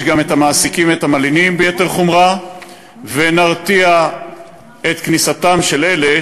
גם את המעסיקים ואת המלינים ביתר חומרה ונרתיע מפני כניסתם של אלה